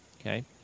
Okay